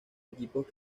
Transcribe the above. equipos